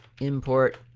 import